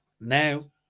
Now